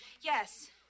Yes